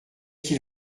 qu’il